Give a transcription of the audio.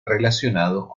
relacionados